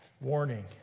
warning